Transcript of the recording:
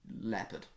leopard